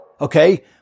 Okay